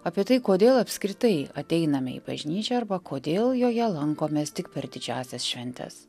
apie tai kodėl apskritai ateiname į bažnyčią arba kodėl joje lankomės tik per didžiąsias šventes